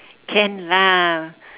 can lah